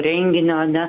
renginio ane